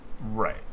Right